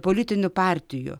politinių partijų